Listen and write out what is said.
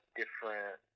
different